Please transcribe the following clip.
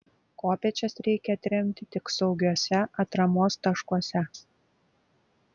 kopėčias reikia atremti tik saugiuose atramos taškuose